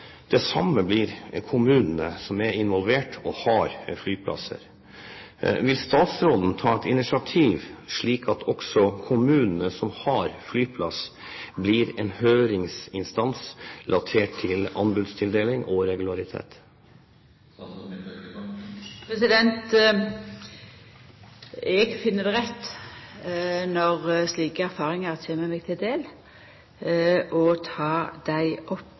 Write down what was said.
det samme som gjelder kommunene som er involvert, og som har flyplasser. Vil statsråden ta et initiativ, slik at også kommunene som har flyplass, blir høringsinstans relatert til anbudstildeling og regularitet? Eg finn det rett når slike erfaringar kjem til meg, å ta dei opp vidare – vidare med Widerøe! No er avtalen inngått og